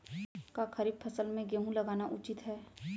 का खरीफ फसल म गेहूँ लगाना उचित है?